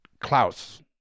Klaus